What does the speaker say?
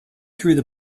through